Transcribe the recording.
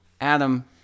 Adam